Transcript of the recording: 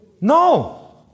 No